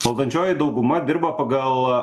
valdančioji dauguma dirba pagal